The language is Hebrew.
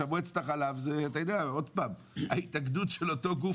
מועצת החלב היא ההתאגדות של אותו גוף.